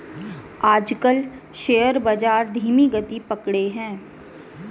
आजकल शेयर बाजार धीमी गति पकड़े हैं